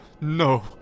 no